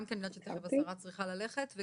גם כיוון שתכף השרה צריכה ללכת.